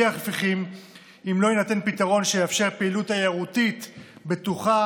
הפיך אם לא יינתן פתרון שיאפשר פעילות תיירותית בטוחה